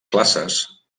classes